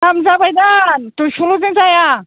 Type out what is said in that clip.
दाम जाबाय दा दुइस'ल'जों जाया